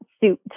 suit